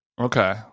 Okay